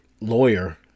lawyer